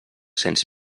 cents